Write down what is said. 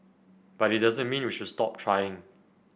but it doesn't mean we should stop trying